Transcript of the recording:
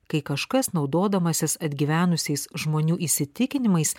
kai kažkas naudodamasis atgyvenusiais žmonių įsitikinimais